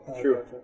True